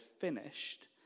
finished